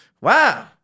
Wow